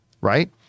right